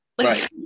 Right